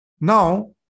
Now